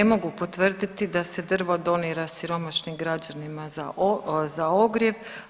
Ne mogu potvrditi da se drvo donira siromašnim građanima za ogrjev.